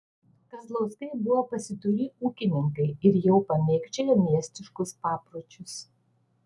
kazlauskai buvo pasiturį ūkininkai ir jau pamėgdžiojo miestiškus papročius